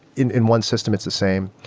in in one system it's the same.